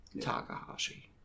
Takahashi